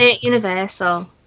Universal